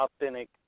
authentic